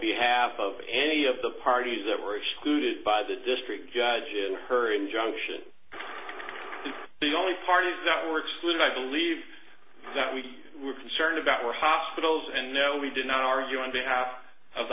behalf of any of the parties that were excluded by the district judge in her injunction the only part is that we're excluded i believe that we were concerned about our hospitals and no we did not argue on behalf of